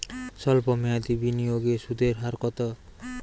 সল্প মেয়াদি বিনিয়োগে সুদের হার কত?